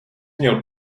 měl